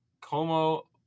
Como